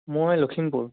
মই লখিমপুৰ